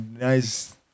nice